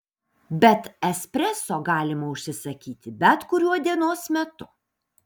bet espreso galima užsisakyti bet kuriuo dienos metu